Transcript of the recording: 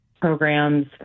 programs